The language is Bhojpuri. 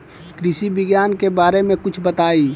कृषि विज्ञान के बारे में कुछ बताई